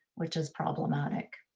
which is problematic.